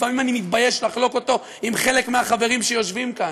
לפעמים אני מתבייש לחלוק אותו עם חלק מהחברים שיושבים כאן.